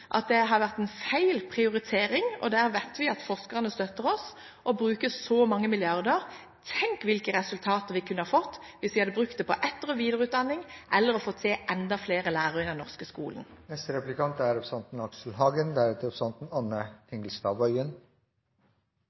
at det har vært en feil prioritering – og der vet vi at forskerne støtter oss – å bruke så mange milliarder. Tenk hvilke resultater vi kunne ha fått hvis vi hadde brukt det på etter- og videreutdanning, eller på å få enda flere lærere i den norske skolen.